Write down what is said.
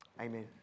Amen